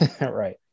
Right